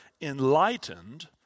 enlightened